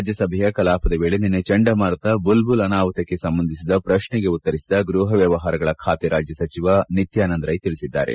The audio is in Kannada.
ರಾಜ್ಯಸಭೆಯ ಕಲಾಪದ ವೇಳಿ ನಿನ್ನೆ ಚಂಡಮಾರುತ ಬುಲ್ಬುಲ್ ಅನಾಹುತಕ್ಕೆ ಸಂಬಂಧಿಸಿದ ಪ್ರಶ್ನೆಗೆ ಉತ್ತರಿಸಿದ ಗ್ಬಹ ವ್ಯವಹಾರಗಳ ಖಾತೆ ರಾಜ್ಯ ಸಚಿವ ನಿತ್ಯಾನಂದ್ ರೈ ತಿಳಿಸಿದ್ದಾರೆ